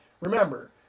Remember